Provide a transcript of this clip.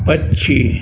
पक्षी